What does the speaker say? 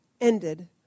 ended